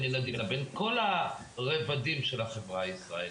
ילדים אלא בין כל הרבדים של החברה הישראלית.